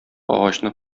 агачны